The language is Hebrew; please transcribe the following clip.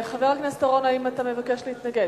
חבר הכנסת אורון, האם אתה מבקש להתנגד?